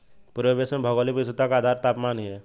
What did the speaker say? पूरे विश्व में भौगोलिक विविधता का आधार तापमान ही है